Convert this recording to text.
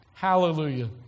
Hallelujah